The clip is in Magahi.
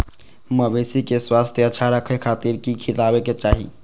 मवेसी के स्वास्थ्य अच्छा रखे खातिर की खिलावे के चाही?